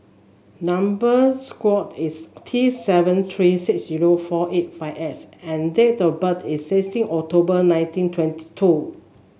number square is T seven three six zero four eight five S and date of birth is sixteen October nineteen twenty two